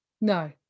No